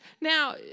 Now